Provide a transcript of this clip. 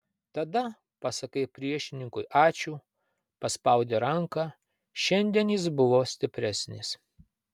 tada pasakai priešininkui ačiū paspaudi ranką šiandien jis buvo stipresnis